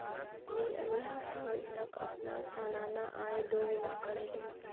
मी अगला साल तक अपना सालाना आय दो गुना करे लूम